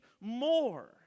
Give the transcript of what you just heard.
more